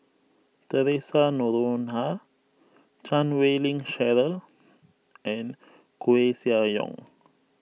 theresa Noronha Chan Wei Ling Cheryl and Koeh Sia Yong